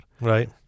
Right